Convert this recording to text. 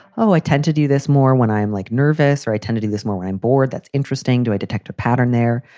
oh, i tend to do this more when i'm like nervous or i tend to do this more when i'm bored. that's interesting. do i detect a pattern there?